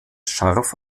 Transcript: scharf